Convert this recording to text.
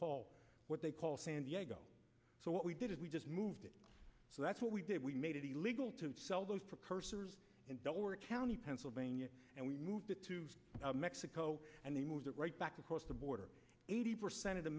call what they call san diego so what we did is we just moved it so that's what we did we made it illegal to sell those precursors were counting pennsylvania and we moved to mexico and they moved it right back across the border eighty percent of the